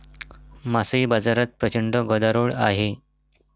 मासळी बाजारात प्रचंड गदारोळ आहे